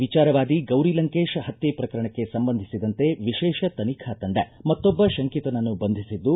ವಿಚಾರವಾದಿ ಗೌರಿ ಲಂಕೇಶ್ ಹತ್ತೆ ಪ್ರಕರಣಕ್ಕೆ ಸಂಬಂಧಿಸಿದಂತೆ ವಿಶೇಷ ತನಿಖಾ ತಂಡ ಮತ್ತೊಬ್ಬ ಶಂಕಿತನನ್ನು ಬಂಧಿಸಿದ್ದು